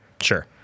Sure